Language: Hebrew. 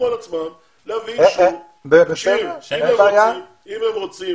אם הם רוצים